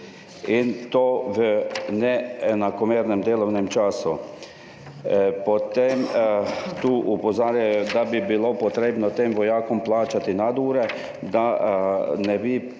in to v neenakomernem delovnem času. Tu opozarjajo, da bi bilo potrebno tem vojakom plačati nadure, da ne bi